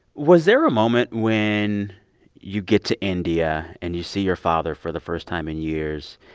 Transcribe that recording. was there a moment when you get to india and you see your father for the first time in years,